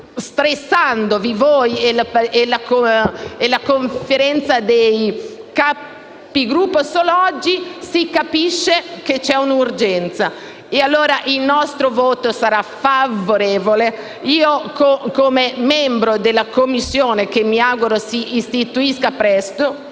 stressando voi e la Conferenza dei Capigruppo), che c'è un'urgenza. Il nostro voto sarà favorevole. Come membro della Commissione, che mi auguro si istituisca presto,